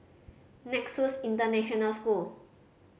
Nexus International School